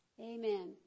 amen